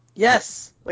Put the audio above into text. Yes